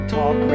Talk